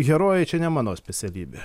herojai čia ne mano specialybė